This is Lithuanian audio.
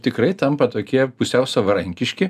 tikrai tampa tokie pusiau savarankiški